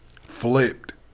Flipped